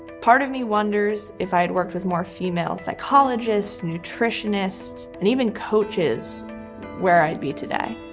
part of me wonders if i had worked with more female psychologists, nutritionists and even coaches where i'd be today.